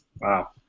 Wow